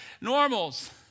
normals